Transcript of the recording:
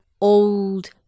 old